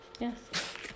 Yes